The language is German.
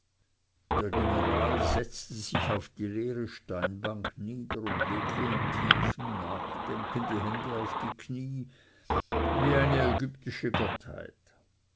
der general ließ sich auf die leere steinbank nieder und legte in tiefem nachdenken die hände auf die knie wie eine ägyptische gottheit